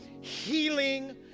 healing